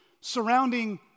surrounding